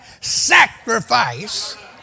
sacrifice